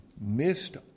missed